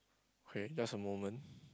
okay just a moment